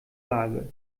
waage